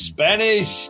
Spanish